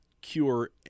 cure